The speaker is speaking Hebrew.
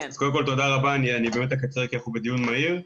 תודה רבה, אני אקצר כי אנחנו בדיון מהיר.